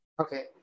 Okay